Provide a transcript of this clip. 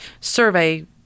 survey